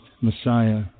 Messiah